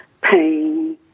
pain